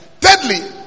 Thirdly